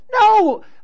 no